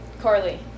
Carly